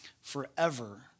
forever